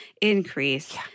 increase